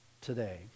today